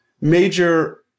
major